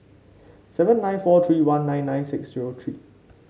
seven six four three one nine nine six zero three